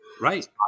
Right